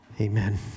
Amen